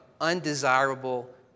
undesirable